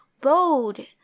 bold